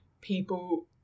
people